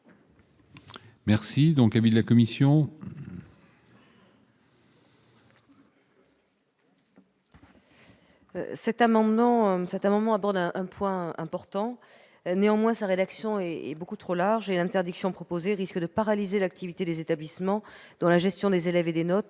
Quel est l'avis de la commission ? Cet amendement aborde un point important. Néanmoins, sa rédaction est beaucoup trop large et l'interdiction proposée risque de paralyser l'activité des établissements, où la gestion des élèves et des notes